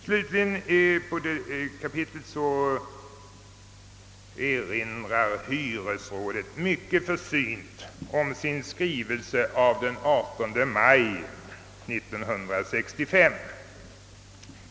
Slutligen erinrar hyresrådet mycket försynt om sin skrivelse den 18 maj 1965.